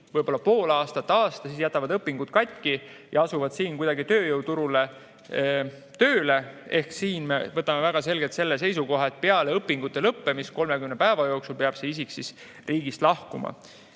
võib-olla pool aastat või aasta, siis jätavad õpingud katki ja asuvad siinsel tööjõuturul kuidagi tööle. Siin me võtame väga selgelt selle seisukoha, et peale õpingute lõppemist 30 päeva jooksul peab see isik riigist lahkuma,